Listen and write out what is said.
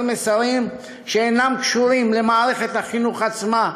מסרים שאינם קשורים למערכת החינוך עצמה,